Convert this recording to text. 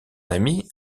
ami